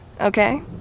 okay